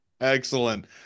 excellent